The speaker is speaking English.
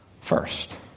first